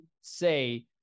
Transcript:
say